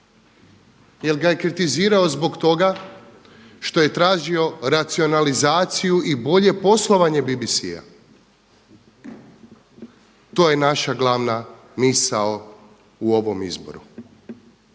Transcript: jel ga je kritizirao zbog toga što je tražio racionalizaciju i bolje poslovanje BBC-a. To je naša glavna misao u ovom izboru.